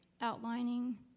outlining